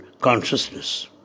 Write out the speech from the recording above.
consciousness